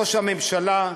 ראש הממשלה,